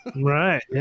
Right